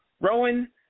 Rowan